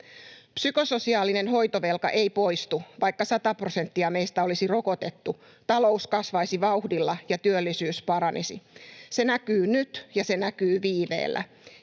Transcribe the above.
Psykososiaalinen hoitovelka ei poistu, vaikka 100 prosenttia meistä olisi rokotettu, talous kasvaisi vauhdilla ja työllisyys paranisi. Se näkyy nyt, ja se näkyy viiveellä,